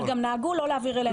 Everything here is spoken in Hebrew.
אבל גם נהגו לא להעביר אליהן.